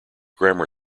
grammar